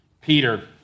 Peter